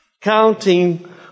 counting